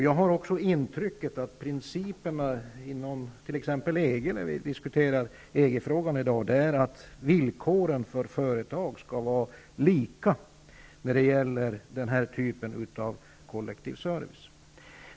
Jag har också intrycket att principerna inom EG är att villkoren för företag skall vara lika när det gäller den här typen av kollektiv service.